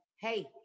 hey